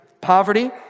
poverty